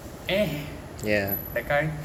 eh that kind